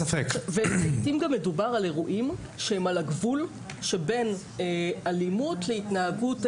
לעתים גם מדובר על אירועים שהם על הגבול שבין אלימות להתנהגות,